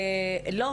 לא.